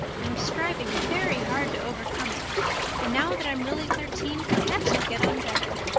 i'm striving very hard to overcome it and now that i'm really thirteen perhaps i'll get on better.